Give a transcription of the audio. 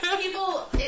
People